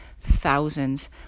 thousands